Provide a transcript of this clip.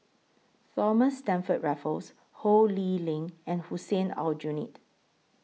Thomas Stamford Raffles Ho Lee Ling and Hussein Aljunied